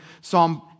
Psalm